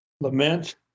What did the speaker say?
lament